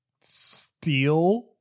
steal